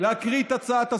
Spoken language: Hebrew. להקריא את הצעת הסיכום.